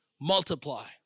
multiply